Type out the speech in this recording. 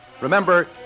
Remember